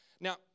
Now